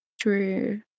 True